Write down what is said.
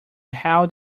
held